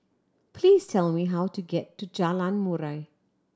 please tell me how to get to Jalan Murai